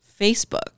Facebook